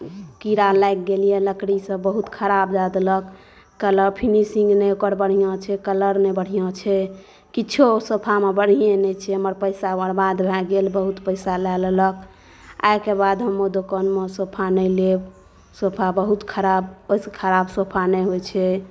कीड़ा लागि गेल लकड़ी सभ बहुत खराब दए देलक कलर फिनिशिंग नहि ओकर बढ़िऑं छै कलर नहि ओकर बढ़िऑं छै किछो ओ सोफामे बढ़िए नहि छै हमर पैसा बर्बाद भए गेल बहुत पैसा लए लेलक आइके बाद हम ओहि दोकानमे सोफा नहि लेब सोफा बहुत खराब ओहिसे खराब सोफा नहि होइ छै